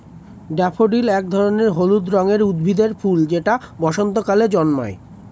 daffodil এক ধরনের হলুদ রঙের উদ্ভিদের ফুল যেটা বসন্তকালে জন্মায়